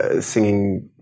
singing